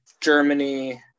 Germany